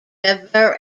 river